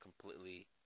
completely